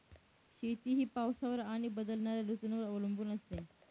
शेती ही पावसावर आणि बदलणाऱ्या ऋतूंवर अवलंबून असते